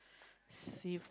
sea